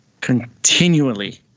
continually